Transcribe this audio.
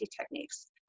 techniques